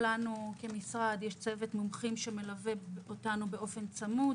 לנו כמשרד יש צוות מומחים שמלווה אותנו באופן צמוד